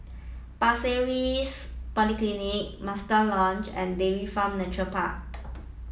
Pasir Ris Polyclinic Mandai Lodge and Dairy Farm Nature Park